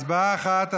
הצבעה אחת,